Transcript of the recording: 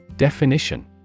Definition